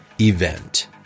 Event